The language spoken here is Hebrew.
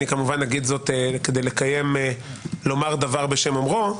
אני כמובן אגיד זאת כדי לומר דבר בשם אומרו.